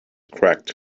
cracked